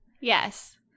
Yes